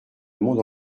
monde